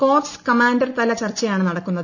corps commander തല ചർച്ചയാണ് നടക്കുന്നത്